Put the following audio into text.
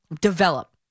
develop